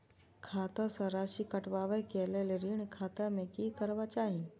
खाता स राशि कटवा कै लेल ऋण खाता में की करवा चाही?